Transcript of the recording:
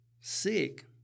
sick